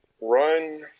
Run